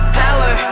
power